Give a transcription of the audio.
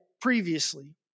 previously